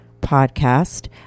podcast